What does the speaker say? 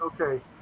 okay